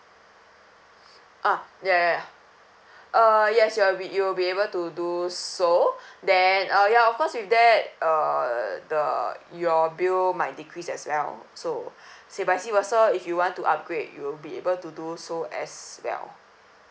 ah ya ya ya uh yes you'll be you'll be able to do so then uh ya of course with that uh the your bill might decrease as well so say vice versa if you want to upgrade you'll be able to do so as well